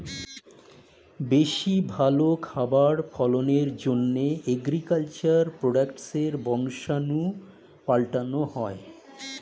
বেশি ভালো খাবার ফলনের জন্যে এগ্রিকালচার প্রোডাক্টসের বংশাণু পাল্টানো হয়